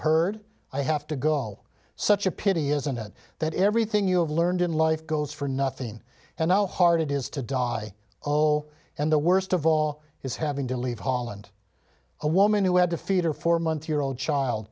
heard i have to go all such a pity isn't it that everything you have learned in life goes for nothing and how hard it is to die oh and the worst of all is having to leave holland a woman who had to feed her four month old child